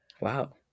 Wow